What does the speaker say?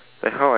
ya